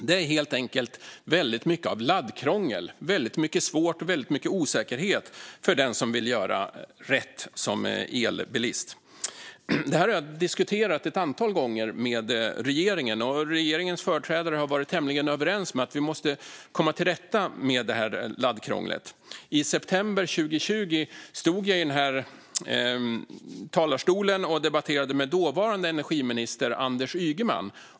Det är helt enkelt väldigt mycket av laddkrångel, mycket som är svårt och väldigt mycket osäkerhet för den som vill göra rätt som elbilist. Detta har jag diskuterat ett antal gånger med regeringen, och regeringens företrädare har varit tämligen överens om att vi måste komma till rätta med laddkrånglet. I september 2020 stod jag i den här talarstolen och debatterade med dåvarande energiminister Anders Ygeman.